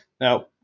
Now